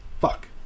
Fuck